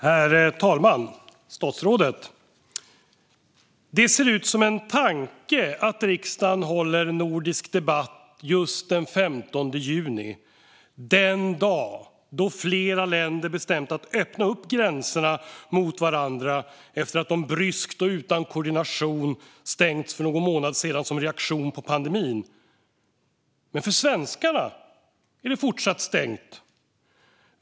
Herr talman och statsrådet! Det ser ut som en tanke att riksdagen håller nordisk debatt just den 15 juni - den dag då flera länder bestämt att öppna upp gränserna mot varandra efter att de bryskt och utan koordination stängts för någon månad sedan som reaktion på pandemin. Men för svenskarna är det fortsatt stängt.